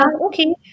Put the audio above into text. Okay